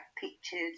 pictures